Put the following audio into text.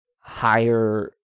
higher